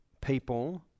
people